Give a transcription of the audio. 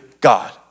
God